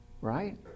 right